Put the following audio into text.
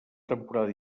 temporada